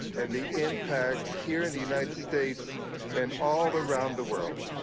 and the impact here in the united states and all around the world.